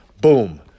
boom